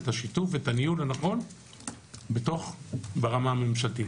את השיתוף ואת הניהול הנכון ברמה הממשלתית.